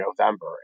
November